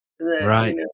Right